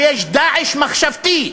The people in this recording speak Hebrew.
ויש "דאעש" מחשבתי,